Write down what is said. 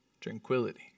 tranquility